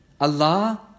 Allah